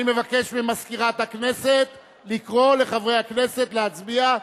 אני מבקש ממזכירת הכנסת לקרוא לחברי הכנסת להצביע.